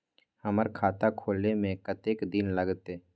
हमर खाता खोले में कतेक दिन लगते?